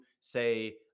say